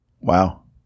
Wow